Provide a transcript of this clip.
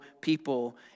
people